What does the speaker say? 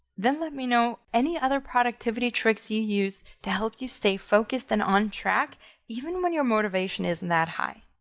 then let me know any other productivity tricks you use to help you stay focused and on track even when your motivation isn't that high.